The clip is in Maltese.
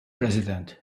president